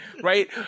right